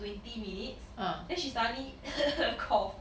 twenty minutes then she suddenly cough